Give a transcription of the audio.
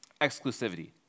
exclusivity